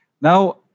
Now